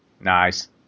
Nice